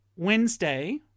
Wednesday